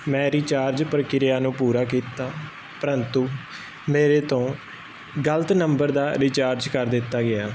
ਮੈ ਰਿਚਾਰਜ ਪ੍ਰਕਿਰਿਆ ਨੂੰ ਪੂਰਾ ਕੀਤਾ ਪ੍ਰੰਤੂ ਮੇਰੇ ਤੋਂ ਗਲਤ ਨੰਬਰ ਦਾ ਰਿਚਾਰਜ ਕਰ ਦਿੱਤਾ ਗਿਆ